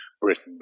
Britain